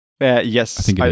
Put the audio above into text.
Yes